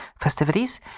festivities